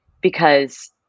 because-